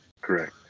correct